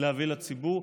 להביא לציבור.